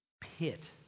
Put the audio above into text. pit